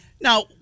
Now